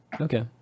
Okay